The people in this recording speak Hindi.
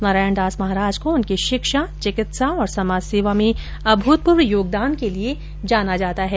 नारायणदास महाराज को उनके शिक्षा चिकित्सा और समाज सेवा में अमूतपूर्व योगदान के लिए जाना जाता है